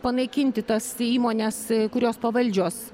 panaikinti tas įmones kurios pavaldžios